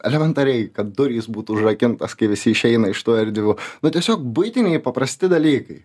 elementariai kad durys būtų užrakintos kai visi išeina iš tų erdvių nu tiesiog buitiniai paprasti dalykai